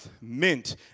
mint